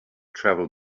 travel